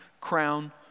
crown